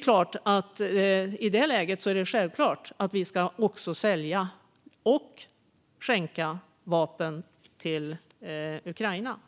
I det läget är det självklart att vi ska sälja och skänka vapen till Ukraina.